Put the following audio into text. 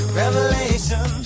revelation